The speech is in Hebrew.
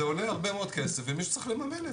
אז רק אם רשמת לו תרופה חדשה שהוא לא מקבל,